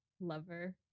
lover